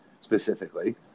specifically